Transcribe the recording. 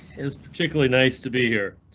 is particularly nice to be here,